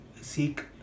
seek